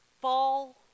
fall